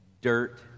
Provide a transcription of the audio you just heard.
dirt